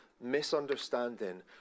misunderstanding